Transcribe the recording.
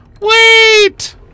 wait